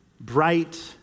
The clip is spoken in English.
bright